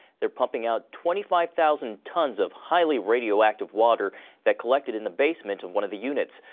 they're pumping out twenty five thousand tons of highly radioactive water that collected in the basement of one of the units.